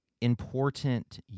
important